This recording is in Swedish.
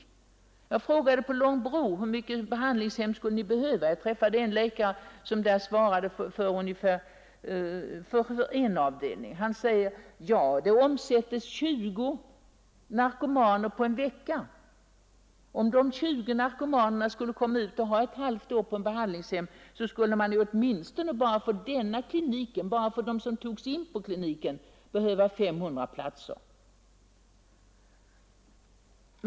Jag har träffat en läkare på Långbro och frågat honom hur många behandlingshem man skulle behöva. Den läkaren, som svarade för en avdelning, sade: Ja, vi omsätter 20 narkomaner i veckan. Om dessa 20 skulle få vård på ett behandlingshem under ett halvår, så skulle man för dem som tas in bara på denna klinik behöva 500 platser.